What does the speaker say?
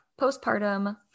Postpartum